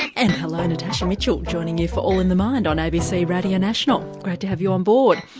and hello, natasha mitchell joining you for all in the mind on abc radio national, great to have you on board.